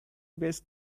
best